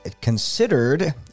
considered